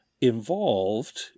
involved